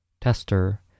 Tester